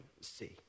see